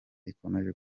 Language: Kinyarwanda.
ikomeje